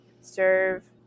serve